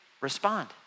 respond